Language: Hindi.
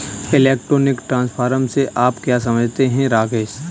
इलेक्ट्रॉनिक ट्रांसफर से आप क्या समझते हैं, राकेश?